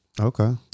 Okay